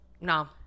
No